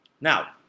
Now